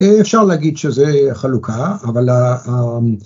אפשר להגיד שזה החלוקה, אבל...